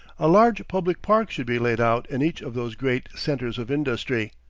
a large public park should be laid out in each of those great centres of industry.